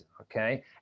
okay